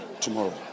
tomorrow